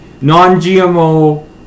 non-gmo